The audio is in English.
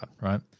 right